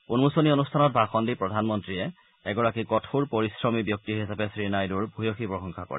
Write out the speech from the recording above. উন্মোচনী অনুষ্ঠানত ভাষণ দি প্ৰধানমন্ত্ৰীয়ে এগৰাকী কঠোৰ পৰিশ্ৰমী ব্যক্তি হিচাপে শ্ৰী নাইডুৰ ভূয়সী প্ৰশংসা কৰে